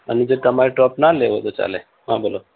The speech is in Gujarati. અને જો તમારે ટૉપ ના લેવું હોય તો ચાલે હા બોલો